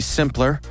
simpler